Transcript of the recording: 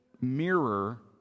mirror